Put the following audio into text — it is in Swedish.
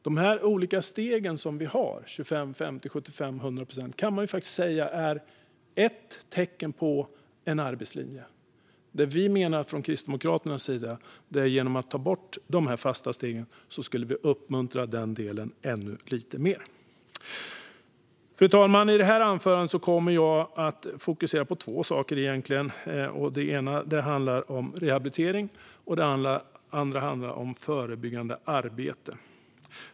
De olika stegen, 25, 50, 75 och 100 procent, kan sägas vara en del av arbetslinjen, och vi kristdemokrater menar att genom att ta bort de fasta stegen skulle arbetslinjen uppmuntras ännu lite mer. Fru talman! I mitt anförande kommer jag att fokusera på två saker, rehabilitering och förebyggande arbete.